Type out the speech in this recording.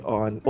on